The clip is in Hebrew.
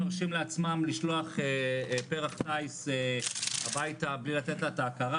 לעצמם לשלוח פרח טיס הביתה בלי לתת לה את ההכרה